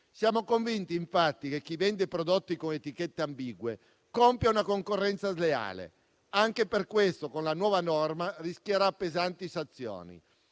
Siamo convinti infatti che chi vende prodotti con etichette ambigue compie una concorrenza sleale e anche per questo, con la nuova norma, rischierà pesanti sanzioni.